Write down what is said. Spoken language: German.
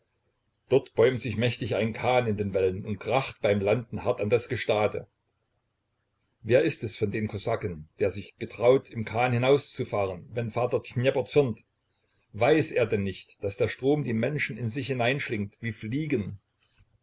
dort bäumt sich mächtig ein kahn in den wellen und kracht beim landen hart an das gestade wer ist es von den kosaken der sich getraut im kahn hinauszufahren wenn vater dnjepr zürnt weiß er denn nicht daß der strom die menschen in sich hineinschlingt wie fliegen